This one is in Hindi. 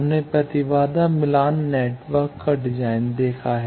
हमने प्रतिबाधा मिलान नेटवर्क का डिज़ाइन देखा है